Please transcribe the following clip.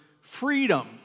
freedom